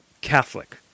Catholic